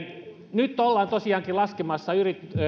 nyt ollaan tosiaankin laskemassa